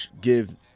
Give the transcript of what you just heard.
give